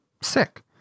Sick